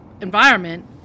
environment